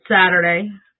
Saturday